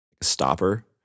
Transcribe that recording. stopper